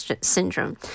syndrome